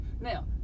Now